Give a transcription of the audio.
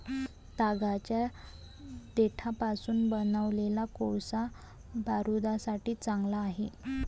तागाच्या देठापासून बनवलेला कोळसा बारूदासाठी चांगला आहे